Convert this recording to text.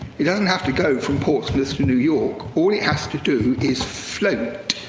it doesn't have to go from portsmouth to new york. all it has to do is float.